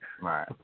Right